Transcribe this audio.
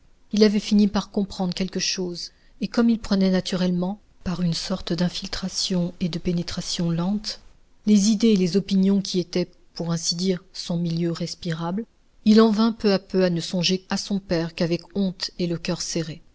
il avait fini par comprendre quelque chose et comme il prenait naturellement par une sorte d'infiltration et de pénétration lente les idées et les opinions qui étaient pour ainsi dire son milieu respirable il en vint peu à peu à ne songer à son père qu'avec honte et le coeur serré